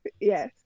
Yes